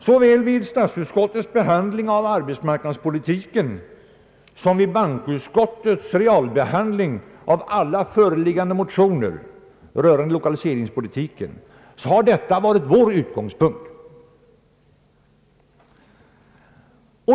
Såväl vid statsutskottets behandling av arbetsmarknadspolitiken som vid bankoutskottets realbehandling av alla föreliggande motioner rörande lokaliseringspolitiken har detta varit vår utgångspunkt.